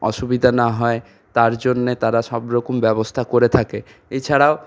অসুবিধা না হয় তার জন্যে তারা সব রকম ব্যবস্থা করে থাকে এছাড়াও